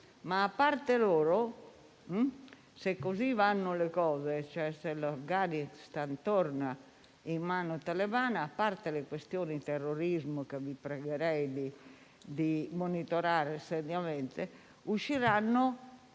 A parte loro, se così vanno le cose, cioè se l'Afghanistan torna in mano talebana, e a parte le questioni legate al terrorismo, che vi pregherei di monitorare seriamente, usciranno